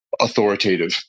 authoritative